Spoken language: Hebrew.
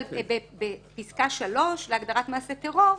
אבל בפסקה שלוש להגדרת מעשה טרור,